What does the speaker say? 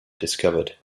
discovered